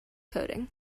coding